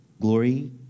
glory